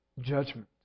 judgment